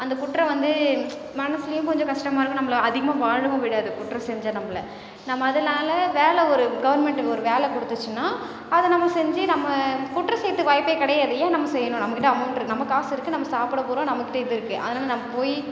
அந்த குற்றம் வந்து மனசுலையும் கொஞ்சோம் கஷ்டமாக இருக்கும் நம்பளை அதிகமாக வாழவும் விடாது குற்றம் செஞ்ச நம்பளை நம்ம அதனால் வேலை ஒரு கவர்ன்மென்ட் ஒரு வேலை கொடுத்துச்சின்னா அதை நம்ம செஞ்சு நம்ம குற்றம் செய்யறதுக்கு வாய்ப்பே கிடையாது ஏன் நம்ம செய்யணும் நம்மகிட்ட அமௌன்ட் இருக்குது நம்ம காசு இருக்குது நம்ம சாப்பிடப் போகிறோம் நம்மகிட்ட இது இருக்குது அதனால் நம்ம போய்